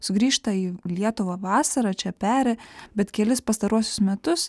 sugrįžta į lietuvą vasarą čia peri bet kelis pastaruosius metus